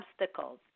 obstacles